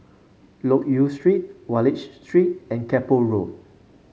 Loke Yew Street Wallich Street and Keppel Road